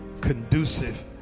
conducive